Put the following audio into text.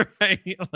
right